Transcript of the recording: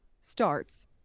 starts